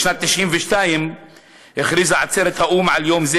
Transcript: בשנת 1992 הכריזה עצרת האו"ם על יום זה